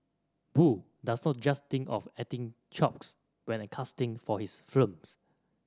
boo does not just think of acting chops when a casting for his films